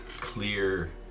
clear